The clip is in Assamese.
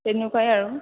তেনেকুৱাই আৰু